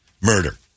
murder